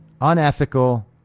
unethical